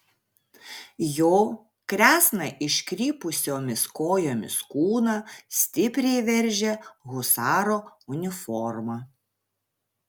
jo kresną iškrypusiomis kojomis kūną stipriai veržia husaro uniforma